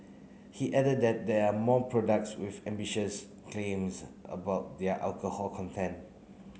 he added that there are more products with ambitious claims about their alcohol content